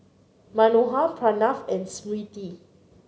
Manohar Pranav and Smriti